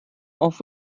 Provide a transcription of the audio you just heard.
auf